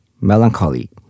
melancholy